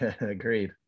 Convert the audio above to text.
Agreed